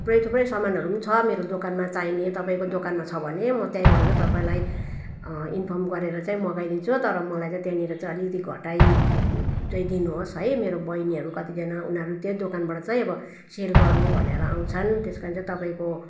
थुप्रै थुप्रै समानहरू पनि छ मेरो दोकानमा चाहिने तपाईँको दोकानमा छ भने म त्यहीँबाट तपाईंलाई इन्फर्म गरेर चाहिँ मगाइदिन्छु तर मलाई चाहिँ त्यहाँनिर चाहिँ अलिकति घटाइ चाहिँ दिनुहोस् है मेरो बहिनीहरू कतिजना उनीहरू त्यही दोकानबाट चाहिँ अब सेल गर्नु भनेर आउँछन् त्यसकारण चाहिँ तपाईँको